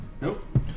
nope